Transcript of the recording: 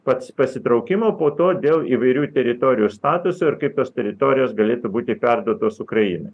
pats pasitraukimo po to dėl įvairių teritorijų statuso ir kaip tos teritorijos galėtų būti perduotos ukrainai